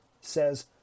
says